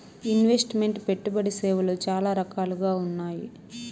invest meant పెట్టుబడి సేవలు చాలా రకాలుగా ఉన్నాయి